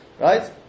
right